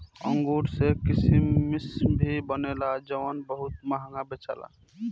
अंगूर से किसमिश भी बनेला जवन बहुत महंगा बेचल जाला